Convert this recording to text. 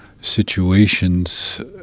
situations